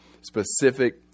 specific